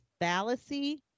fallacy